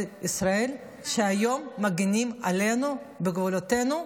ישראל שהיום מגינים עלינו בגבולותינו.